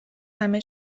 همه